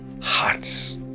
hearts